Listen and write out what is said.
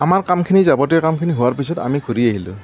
আমাৰ কামখিনি যাৱতীয় কামখিনি হোৱাৰ পাছত আমি ঘূৰি আহিলোঁ